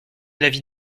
l’avis